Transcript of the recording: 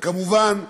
וכמובן,